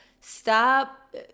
stop